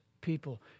people